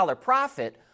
profit